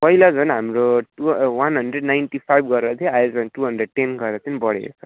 पहिला झन् हाम्रो two one hundred ninety five गरेर थियो अहिले चाहिँ टु हन्ड्रेड टेन गरेर चाहिँ बढेको छ